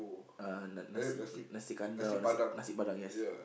uh Na~ Nasi Nasi Kandar or Nasi Nasi Padang yes